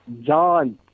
John